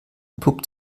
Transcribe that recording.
entpuppt